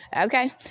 Okay